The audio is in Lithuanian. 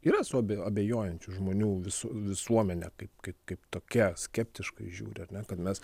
yra svarbi abejojančių žmonių visų visuomenė kaip kaip kaip tokia skeptiškai žiūri ar ne kad mes